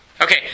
Okay